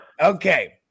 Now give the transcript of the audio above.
Okay